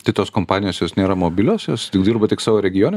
tai tos kompanijos jos nėra mobilios jos tik dirba tik savo regione